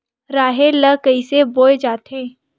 राहेर ल कइसे बोय जाथे?